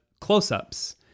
close-ups